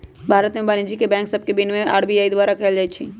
भारत में वाणिज्यिक बैंक सभके विनियमन आर.बी.आई द्वारा कएल जाइ छइ